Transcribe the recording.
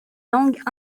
langues